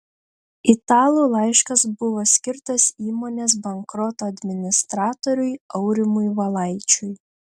italų laiškas buvo skirtas įmonės bankroto administratoriui aurimui valaičiui